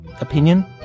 opinion